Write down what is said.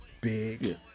big